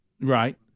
Right